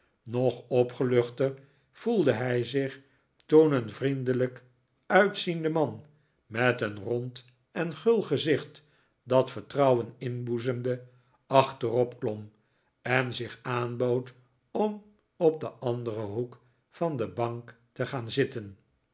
nog opgeluchter voelde hij zich toen een vriendelijk uitziende man met een rond en gul gezicht dat vertrouwen inboezemde achterop klom en zich aanbood om op den anderen hoek van de bank te gaan zitten